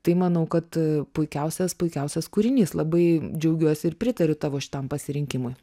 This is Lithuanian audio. tai manau kad puikiausias puikiausias kūrinys labai džiaugiuosi ir pritariu tavo šitam pasirinkimui